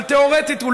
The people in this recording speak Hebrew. אבל תיאורטית,